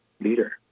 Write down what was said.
leader